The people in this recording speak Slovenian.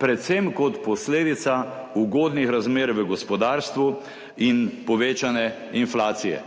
predvsem kot posledica ugodnih razmer v gospodarstvu in povečane inflacije.